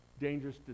Dangerous